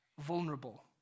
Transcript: vulnerable